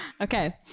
okay